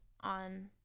on